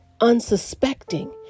Unsuspecting